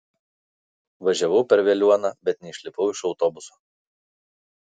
važiavau per veliuoną bet neišlipau iš autobuso